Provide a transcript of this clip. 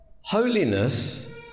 holiness